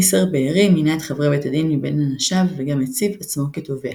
איסר בארי מינה את חברי בית הדין מבין אנשיו וגם הציב את עצמו כתובע.